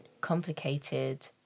complicated